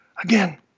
again